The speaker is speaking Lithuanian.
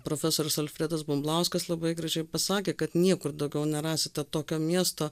profesorius alfredas bumblauskas labai gražiai pasakė kad niekur daugiau nerasite tokio miesto